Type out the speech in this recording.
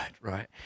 right